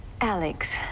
Alex